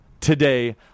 today